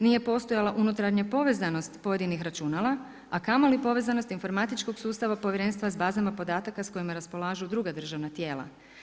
Nije postojala unutarnja povezanost pojedinih računala, a kamoli povezanost informatičkog sustava Povjerenstva s bazama podataka s kojima raspolažu druga državna tijela.